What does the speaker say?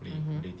mmhmm